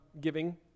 giving